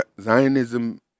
Zionism